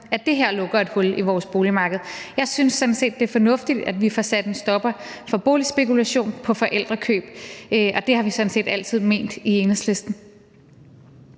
det her lukker et hul i vores boligmarked. Jeg synes sådan set, det er fornuftigt, at vi får sat en stopper for boligspekulation ved forældrekøb, og det har vi sådan set altid ment i Enhedslisten.